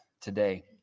today